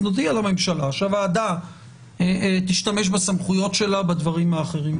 אז נודיע לממשלה שהוועדה תשתמש בסמכויות שלה בדברים האחרים.